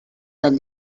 del